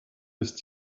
ist